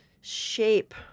shape